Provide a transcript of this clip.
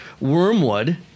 wormwood